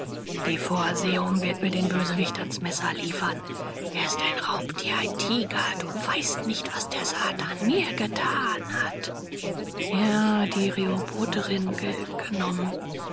die vorsehung wird mir den bösewicht ans messer liefern er ist ein raubtier ein tiger du weißt nicht was der satan mir getan hat ja die rehobotherin